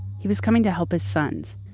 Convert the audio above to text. he was coming to help his sons.